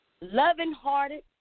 loving-hearted